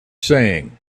saying